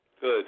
Good